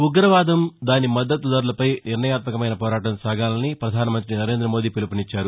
ఉగ్రవాదం దాని మద్గతు దారులపై నిర్ణయాత్మకమైన పోరాటం సాగాలని పధాన మంత్రి నరేంద మోదీ పిలుపునిచ్చారు